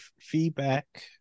feedback